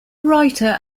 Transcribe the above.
writer